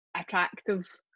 attractive